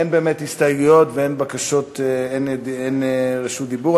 אין הסתייגויות ואין בקשות לרשות דיבור.